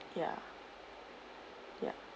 ya ya